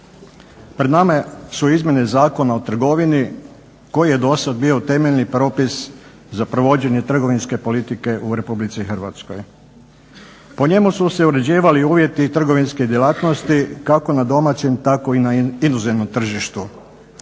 Pred nama su Izmjene zakona o trgovini koji je do sada bio temeljni propis za provođenje trgovinske politike u Republici Hrvatskoj. Po njemu su se uređivali uvjeti trgovinske djelatnosti kako na domaćem tako i na inozemnom tržištu.